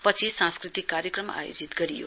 पछि सांस्कृतिक कार्यक्रम आयोजित गरियो